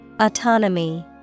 Autonomy